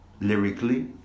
lyrically